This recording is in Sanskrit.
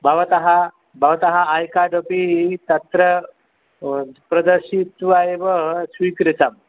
भवतः भवतः ऐकार्ड् अपि तत्र प्रदर्शित्वा एव स्वीकृतं